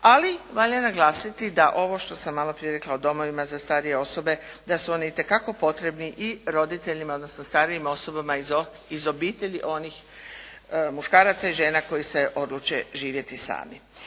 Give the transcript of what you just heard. ali valja naglasiti da ovo što sam maloprije rekla o domovima za starije osobe da su oni itekako potrebni i roditeljima, odnosno starijim osobama iz obitelji onih muškaraca i žena koji se odluče živjeti sami.